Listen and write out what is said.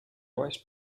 miałeś